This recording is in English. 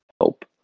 help